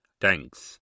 Thanks